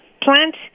plant